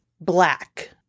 black